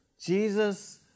Jesus